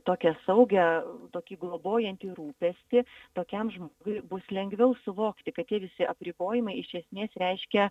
tokią saugią tokį globojantį rūpestį tokiam žmogui bus lengviau suvokti kad tie visi apribojimai iš esmės reiškia